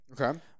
okay